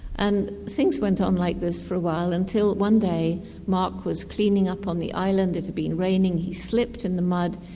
and things went on like this for a while until one day marc was cleaning up on the island, it had been raining, he slipped in the mud,